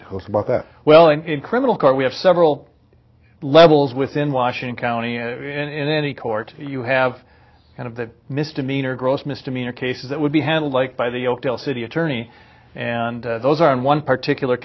talks about that well and in criminal court we have several levels within washington county in any court you have kind of the misdemeanor gross misdemeanor cases that would be handled like by the oakdale city attorney and those are in one particular